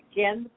Again